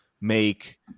make –